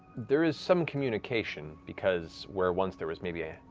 there is some communication, because where once there was maybe yeah